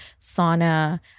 sauna